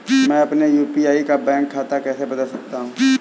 मैं अपने यू.पी.आई का बैंक खाता कैसे बदल सकता हूँ?